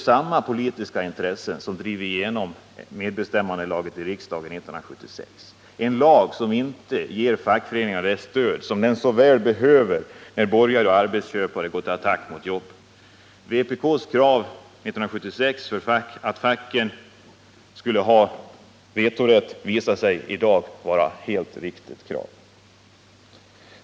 Samma politiska intressen drev igenom medbestämmandelagen i riksdagen 1976, en lag som inte ger fackföreningarna det stöd de så väl behöver, när borgare och arbetsköpare går till attack mot jobben. Vpk:s krav 1976 om vetorätt för facken visar sig i dag vara riktigt.